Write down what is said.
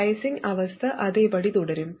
biasing അവസ്ഥ അതേപടി തുടരും